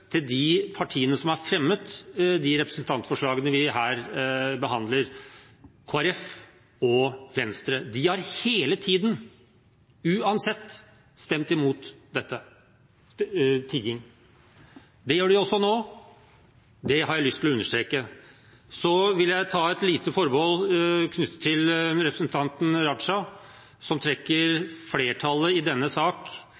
til de partiene som har fremmet de representantforslagene vi her behandler, Kristelig Folkeparti og Venstre. De har hele tiden – uansett – stemt imot tiggeforbud. Det gjør de også nå. Det har jeg lyst til å understreke. Så vil jeg ta et lite forbehold når det gjelder representanten Raja, som trekker flertallet i denne sak